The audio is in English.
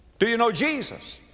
do you know jesus?